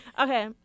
okay